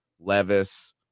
levis